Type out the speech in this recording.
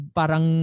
parang